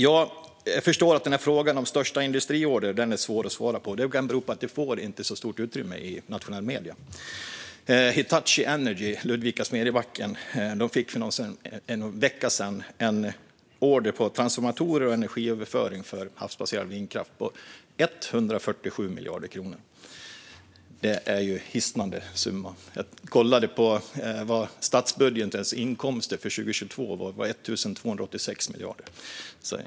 Jag förstår att frågan om den största industriordern är svår att svara på. Det kan bero på att detta inte får så stort utrymme i nationella medier. Hitachi Energy i Ludvika/Smedjebacken fick för någon vecka sedan en order på transformatorer och energiöverföring för havsbaserad vindkraft på 147 miljarder kronor, en hisnande summa. Jag kollade vad statsbudgetens inkomster för 2022 var: 1 286 miljarder.